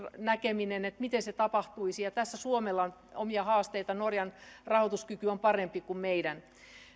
näkemisen miten se tapahtuisi ja tässä suomella on omia haasteita norjan rahoituskyky on parempi kuin meidän